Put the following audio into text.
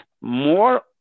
More